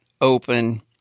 open